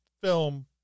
film